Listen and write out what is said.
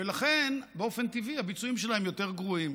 ולכן באופן טבעי הביצועים שלהם יותר גרועים.